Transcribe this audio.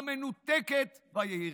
המנותקת והיהירה.